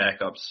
backups